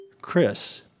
Chris